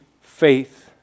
faith